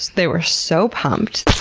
they were so pumped.